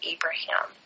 Abraham